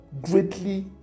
greatly